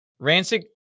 rancic